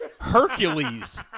Hercules